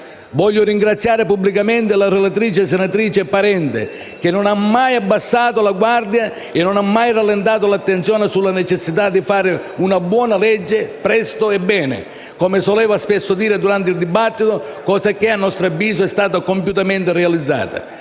Voglio ringraziare pubblicamente la relatrice, senatrice Parente, che non ha mai abbassato la guardia, né rallentato l'attenzione sulla necessità di fare una buona legge «presto e bene», come soleva spesso dire durante il dibattito (cosa che, a nostro avviso, è stata compiutamente realizzata).